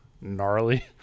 gnarly